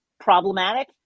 problematic